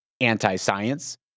anti-science